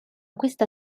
questa